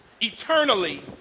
eternally